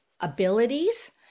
abilities